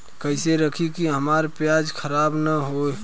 कइसे रखी कि हमार प्याज खराब न हो?